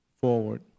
forward